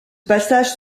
passage